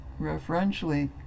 referentially